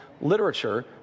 literature